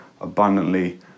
abundantly